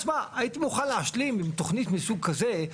תשמע הייתי מוכן להשלים עם תוכנית מהסוג הזה,